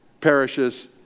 perishes